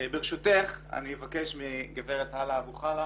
ברשותך, אני אבקש מגברת האלה אבו חלה,